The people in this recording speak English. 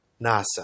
Nasa